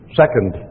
second